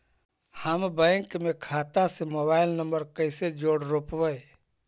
हम बैंक में खाता से मोबाईल नंबर कैसे जोड़ रोपबै?